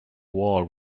wall